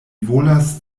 volas